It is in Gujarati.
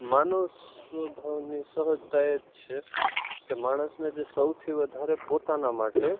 માનવ સ્વભાવની સહજતા એ જ છે કે માણસને જે સૌથી વધારે પોતાના માટે